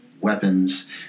weapons